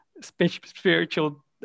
spiritual